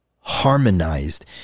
harmonized